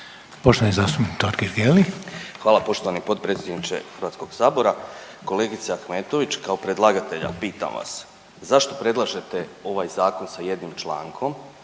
**Totgergeli, Miro (HDZ)** Hvala poštovani potpredsjedniče HS-a, kolegice Ahmetović, kao predlagatelja pitam vas, zašto predlažete ovaj Zakon sa jednim člankom